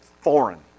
foreign